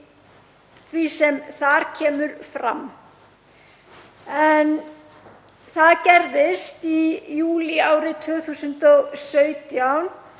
því sem þar kemur fram. Það gerðist í júlí árið 2017